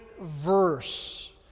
verse